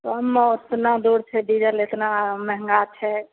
तऽ ओहिमे ओतना दूर छै डिजल उतना महगा छै